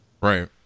Right